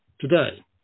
today